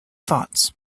thoughts